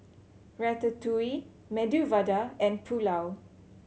Ratatouille Medu Vada and Pulao